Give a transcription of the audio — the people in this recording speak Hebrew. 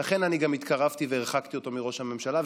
ולכן אני גם התקרבתי והרחקתי אותו מראש הממשלה,